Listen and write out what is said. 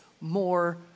more